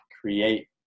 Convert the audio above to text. create